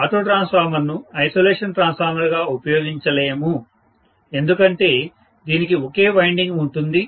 auto ట్రాన్స్ఫార్మర్ను isolation ట్రాన్స్ఫార్మర్గా ఉపయోగించలేము ఎందుకంటే దీనికి ఒకే వైండింగ్ ఉంటుంది